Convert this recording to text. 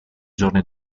giorni